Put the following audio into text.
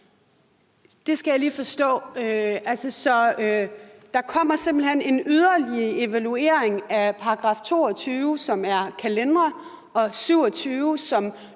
Det skal jeg lige forstå. Kommer der simpelt hen en yderligere evaluering af § 22, som er kalendere, og af § 27, som